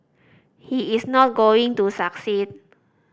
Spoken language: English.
he is not going to succeed